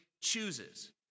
chooses